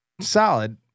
solid